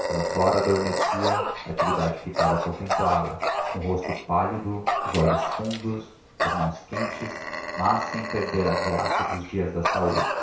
quando flora adormecia natividade ficava a contemplá-la com o rosto pálido os olhos fundos as mãos quentes mas sem perder a graça dos dias de saúde